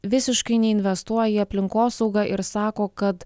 visiškai neinvestuoja į aplinkosaugą ir sako kad